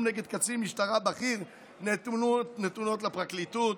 נגד קצין משטרה בכיר נתונות לפרקליטות.